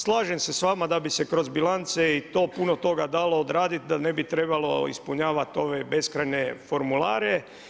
Slažem se sa vama da bi se kroz bilance i to puno toga dalo odraditi, da ne bi trebalo ispunjavati ove beskrajne formulare.